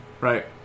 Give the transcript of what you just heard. right